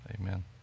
Amen